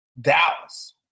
Dallas